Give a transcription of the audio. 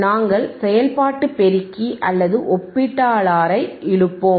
நாங்கள்செயல்பாட்டு பெருக்கி அல்லது ஒப்பீட்டாளரை இழுப்போம்